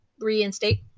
reinstate